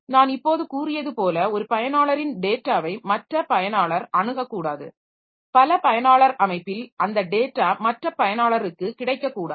நான் இப்போது கூறியது போல ஒரு பயனாளரின் டேட்டாவை மற்ற பயனாளர் அணுகக்கூடாது பல பயனாளர் அமைப்பில் அந்த டேட்டா மற்ற பயனாளருக்கு கிடைக்கக்கூடாது